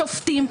השופטים,